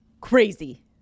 Crazy